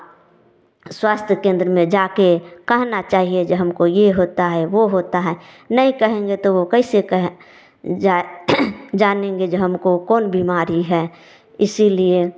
स्वास्थ्य केंद्र में जाकर कहना चाहिए जो हमको यह होता है वह होता है नहीं कहेंगे तो वह कैसे कहें जा जानेंगे जो हमको कौन बीमारी है इसीलिए